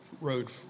road